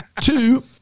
Two